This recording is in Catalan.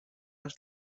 les